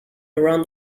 around